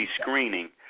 screening